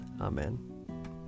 Amen